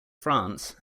france